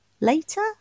later